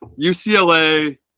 ucla